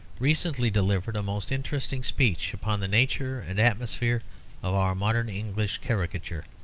recently delivered a most interesting speech upon the nature and atmosphere of our modern english caricature.